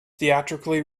theatrically